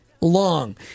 long